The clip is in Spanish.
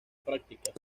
prácticas